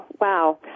Wow